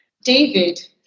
David